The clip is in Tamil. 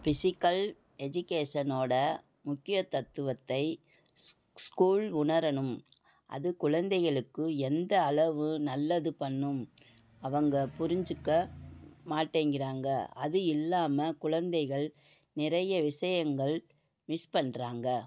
ஃபிசிக்கல் எஜிகேசனோடய முக்கிய தத்துவத்தை ஸ் ஸ்கூல் உணரணும் அது குழந்தைங்களுக்கு எந்த அளவு நல்லது பண்ணும் அவங்க புரிஞ்சுக்க மாட்டேங்கிறாங்க அது இல்லாமல் குழந்தைகள் நிறைய விஷயங்கள் மிஸ் பண்ணுறாங்க